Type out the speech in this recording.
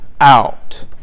out